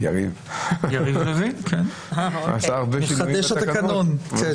להבין האם ההחרגה או ההתייחסות להיפוך